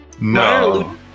No